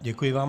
Děkuji vám.